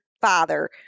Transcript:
father